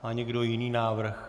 Má někdo jiný návrh?